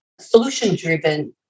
solution-driven